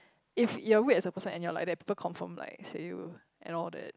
if you're weird as a person and you're like that people confirm like say you and all that